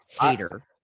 hater